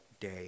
day